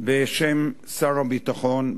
בשם שר הביטחון.